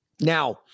Now